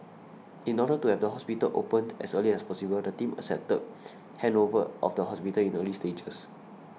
in order to have the hospital opened as early as possible the team accepted handover of the hospital in early stages